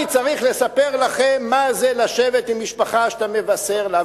אני צריך לספר לכם מה זה לשבת עם משפחה שאתה מבשר לה,